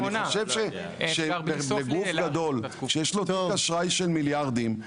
אני חושב שגוף גדול שיש לו תיק אשראי של מיליארדים,